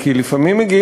קודם כול